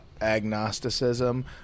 agnosticism